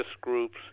groups